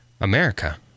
America